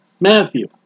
Matthew